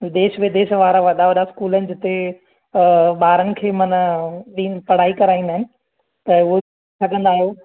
देश विदेश वारा वॾा वॾा स्कूल आहिनि जिते ॿारनि खे माना ॾिन पढ़ाई कराईंदा आहिनि त उहो ॾिसी सघंदा आहियो